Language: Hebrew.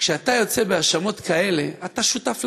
כשאתה יוצא בהאשמות כאלה, אתה שותף לאנטישמיות.